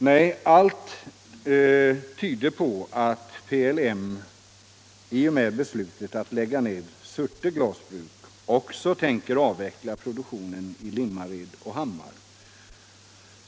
Nej, allt tyder på att PLM i och med beslutet att lägga ned Surte glasbruk också tänker avveckla produktionen i Limmared och Hammar.